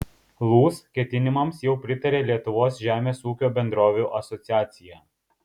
lūs ketinimams jau pritarė lietuvos žemės ūkio bendrovių asociacija